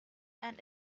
and